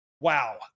Wow